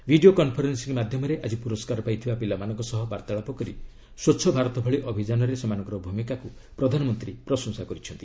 video conferencing ମାଧ୍ୟମରେ ଆଜି ପୁରସ୍କାର ପାଇଥିବା ପିଲାମାନଙ୍କ ସହ ବାର୍ତ୍ତାଳାପ କରି ସ୍ୱଚ୍ଛ ଭାରତ ଭଳି ଅଭିଯାନରେ ସେମାନଙ୍କର ଭୂମିକାକୁ ପ୍ରଧାନମନ୍ତ୍ରୀ ପ୍ରଶଂସା କରିଛନ୍ତି